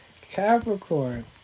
Capricorn